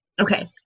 okay